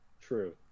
true